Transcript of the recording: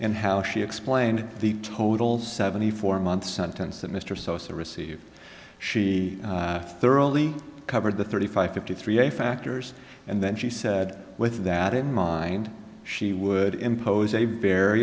in how she explained the total seventy four month sentence that mr sosa received she thoroughly covered the thirty five fifty three factors and then she said with that in mind she would impose a var